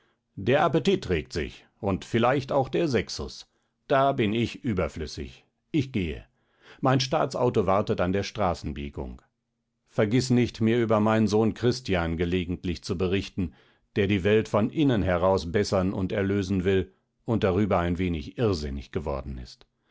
der appetit regt sich und vielleicht auch der sexus da bin ich überflüssig ich gehe mein staatsauto wartet an der straßenbiegung vergiß nicht mir über meinen sohn christian gelegentlich zu berichten der die welt von innen heraus bessern und erlösen will und darüber ein wenig irrsinnig geworden ist